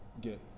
get